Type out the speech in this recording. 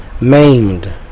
maimed